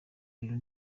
bintu